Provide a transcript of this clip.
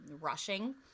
rushing